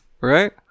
Right